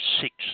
six